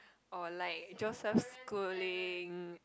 or like Joseph-Schooling